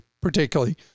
particularly